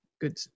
good